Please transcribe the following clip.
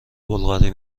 بلغاری